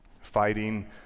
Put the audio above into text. fighting